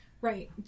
Right